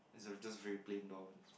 is a just very plain door